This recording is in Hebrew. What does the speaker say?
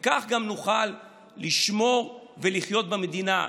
וכך גם נוכל לשמור, ולחיות במדינה,